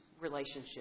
relationship